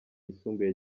yisumbuye